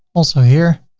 also here